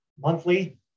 monthly